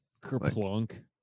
kerplunk